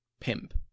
pimp